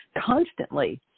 constantly